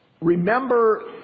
Remember